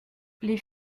les